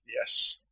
Yes